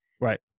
Right